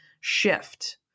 shift